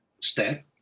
step